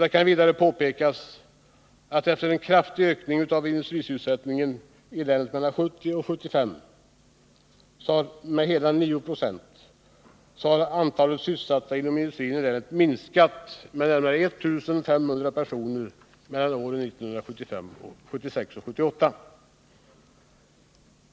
Det kan vidare påpekas att antalet sysselsatta inom industrier i länet, efter en kraftig ökning av industrisysselsättningen i länet mellan 1970 och 1975 med hela 9 90, har minskat med närmare 1500 personer mellan åren 1976 och 1978.